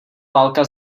válka